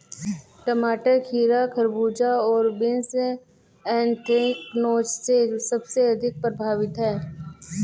टमाटर, खीरा, खरबूजे और बीन्स एंथ्रेक्नोज से सबसे अधिक प्रभावित होते है